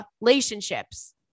relationships